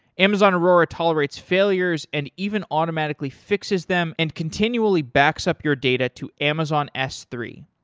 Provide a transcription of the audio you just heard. amazon aurora tolerates failures and even automatically fixes them and continually backs up your data to amazon s three,